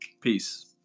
Peace